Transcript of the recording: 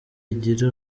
igira